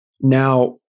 Now